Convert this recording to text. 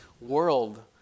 world